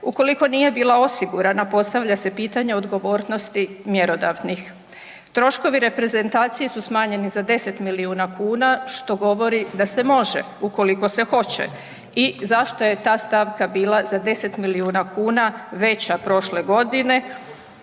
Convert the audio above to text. Ukoliko nije bila osigurana postavlja se pitanje odgovornosti mjerodavnih. Troškovi reprezentacije su smanjeni za 10 miliona kuna što govori da se može ukoliko se hoće i zašto je ta stavka bila za 10 miliona kuna veća prošle godine.